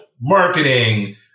marketing